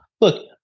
look